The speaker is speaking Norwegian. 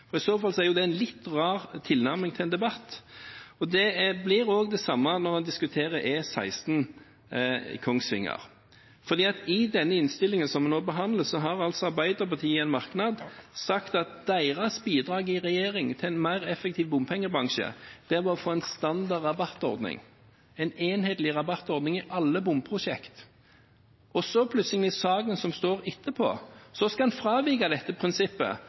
I så fall er det en litt rar tilnærming til en debatt. Og det blir det samme når en diskuterer E16 i Kongsvinger, for i den innstillingen som vi nå behandler, har Arbeiderpartiet i en merknad sagt at deres bidrag i regjering til en mer effektiv bompengebransje var å få en standard rabattordning, en enhetlig rabattordning, i alle bomprosjekt, og så plutselig skal en fravike dette prinsippet i en sak i Kongsvinger, mens en i regjering ikke foreslo å fravike prinsippet